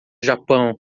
japão